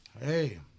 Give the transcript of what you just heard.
Hey